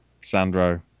Sandro